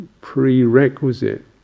prerequisite